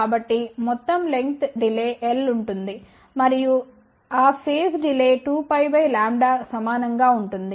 కాబట్టి మొత్తం length delay l ఉంటుంది మరియు ఆ ఒక ఫేజ్ డిలే 2πlλ సమానం గా ఉంటుంది